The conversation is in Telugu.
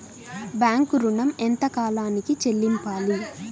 బ్యాంకు ఋణం ఎంత కాలానికి చెల్లింపాలి?